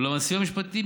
אולם הסיוע המשפטי,